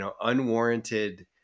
unwarranted